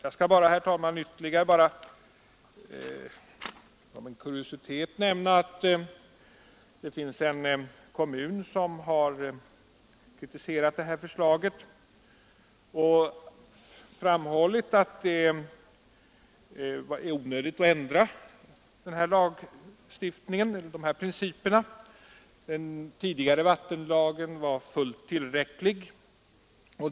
Jag skall bara, herr talman, som en kuriositet nämna att det finns en kommun som har kritiserat förslaget och framhållit att det är onödigt att ändra den här lagstiftningen och de här principerna; den tidigare vattenlagen var fullt tillräcklig.